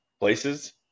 places